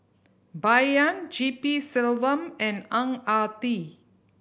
Bai Yan G P Selvam and Ang Ah Tee